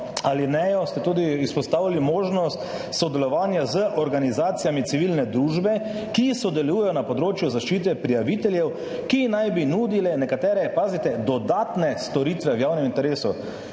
alinejo tudi izpostavili možnost sodelovanja z organizacijami civilne družbe, ki sodelujejo na področju zaščite prijaviteljev, ki naj bi nudile nekatere, pazite, dodatne storitve v javnem interesu.